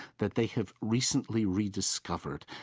that they have recently rediscovered.